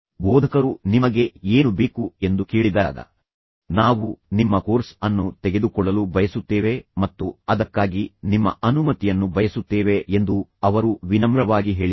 ಬೋಧಕರು ನಿಮಗೆ ಏನು ಬೇಕು ಎಂದು ಕೇಳಿದಾಗ ನಾವು ನಿಮ್ಮ ಕೋರ್ಸ್ ಅನ್ನು ತೆಗೆದುಕೊಳ್ಳಲು ಬಯಸುತ್ತೇವೆ ಮತ್ತು ಅದಕ್ಕಾಗಿ ನಿಮ್ಮ ಅನುಮತಿಯನ್ನು ಬಯಸುತ್ತೇವೆ ಎಂದು ಅವರು ವಿನಮ್ರವಾಗಿ ಹೇಳಿದರು